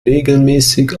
regelmäßig